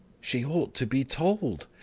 she ought to be told!